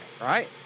right